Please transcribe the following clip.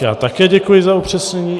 Já také děkuji za upřesnění.